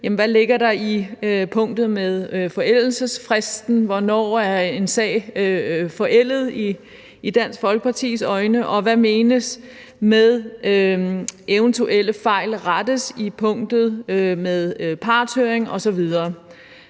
der ligger i punktet med forældelsesfristen: Hvornår er en sag forældet i Dansk Folkepartis øjne? Og hvad menes der med, at eventuelle fejl rettes, i punktet med partshøring osv.?